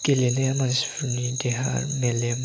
गेलेनाया मानसिफोरनि देहा मेलेम